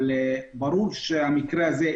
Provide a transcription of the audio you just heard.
אבל ברור שהמקרה הזה,